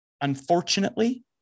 unfortunately